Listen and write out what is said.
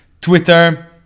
Twitter